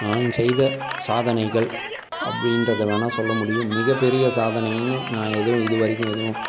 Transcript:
நான் செய்த சாதனைகள் அப்படின்றத வேணா சொல்ல முடியும் மிகப்பெரிய சாதனைனு நான் ஏதும் இதுவரைக்கும் எதுவும்